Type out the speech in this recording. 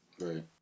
Right